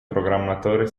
programmatore